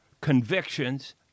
Convictions